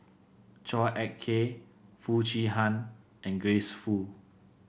Chua Ek Kay Foo Chee Han and Grace Fu